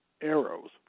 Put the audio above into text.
arrows